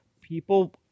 People